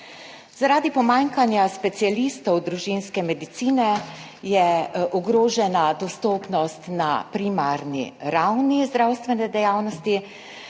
Zaradi pomanjkanja specialistov družinske medicine, je ogrožena dostopnost na primarni ravni zdravstvene dejavnosti,